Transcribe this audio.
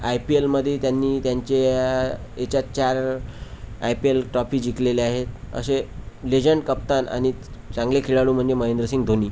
आई P एलमध्ये त्यांनी त्यांच्या ह्याच्यात चार आई पी एल ट्रॉफी जिंकलेल्या आहेत असे लेजेंड कप्तान आणि चांगले खेळाडू म्हणजे महेंद्रसिंग धोनी